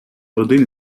один